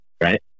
right